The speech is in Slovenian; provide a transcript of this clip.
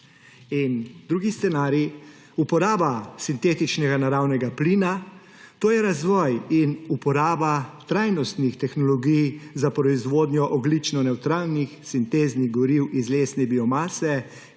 drugi scenarij – uporaba sintetičnega naravnega plina, to je razvoj in uporaba trajnostnih tehnologij za proizvodnjo ogljično nevtralnih sinteznih goriv iz lesne biomase,